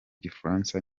gifaransa